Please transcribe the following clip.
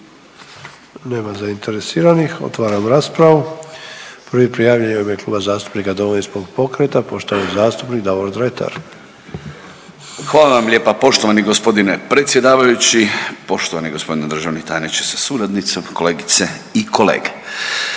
Nema zainteresiranih. Otvaram raspravu. Prvi je prijavljeni u ime Kluba zastupnika Domovinskog pokreta poštovani zastupnik Davor Dretar. **Dretar, Davor (DP)** Hvala vam lijepa. Poštovani gospodine predsjedavajući, poštovani gospodine državni tajniče sa suradnicom, kolegice i kolege,